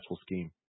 scheme